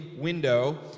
window